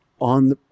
on